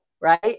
right